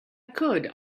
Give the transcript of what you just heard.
could